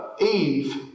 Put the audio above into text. Eve